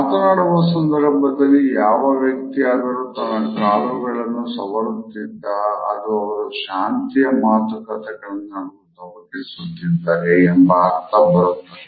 ಮಾತನಾಡುವ ಸಂದರ್ಭದಲ್ಲಿ ಯಾವ ವ್ಯಕ್ತಿಯಾದರೂ ತನ್ನ ಕಾಲುಗಳನ್ನು ಸವರುತ್ತಿದ್ದ ಅದು ಅವರು ಶಾಂತಿಯ ಮಾತುಕತೆಗಳನ್ನಾಡಲು ತವಕಿಸುತ್ತಿದ್ದರೆ ಎಂಬ ಅರ್ಥ ಬರುತ್ತದೆ